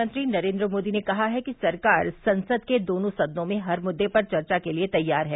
प्रधानमंत्री नरेन्द्र मोदी ने कहा है कि सरकार संसद के दोनों सदनों में हर मुद्दे पर चर्चा के लिए तैयार है